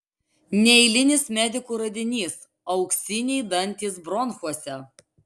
neeilinis medikų radinys auksiniai dantys bronchuose